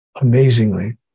amazingly